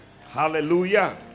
Hallelujah